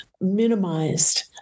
minimized